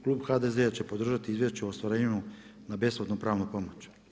Klub HDZ-a će podržati izvješće o ostvarenju na besplatnu pravnu pomoć.